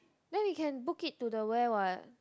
then they can book it to the where what